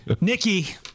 nikki